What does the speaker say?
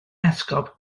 esgob